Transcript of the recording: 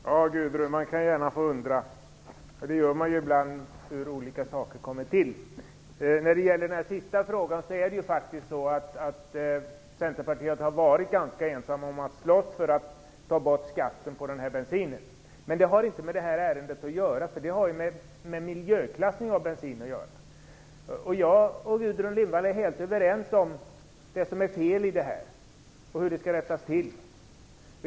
Herr talman! Man kan gärna få undra över hur olika saker kommer till, Gudrun Lindvall. Det gör man ibland. Centerpartiet har varit ganska ensamt om att slåss för att ta bort skatten på akrylatbensinen. Men det har inte med detta ärende att göra. Det vi talar om är miljöklassning av bensin. Gudrun Lindvall och jag är helt överens om vad som är fel och hur det skall rättas till.